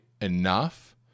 enough